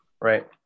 Right